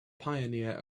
pioneer